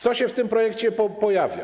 Co się w tym projekcie pojawia?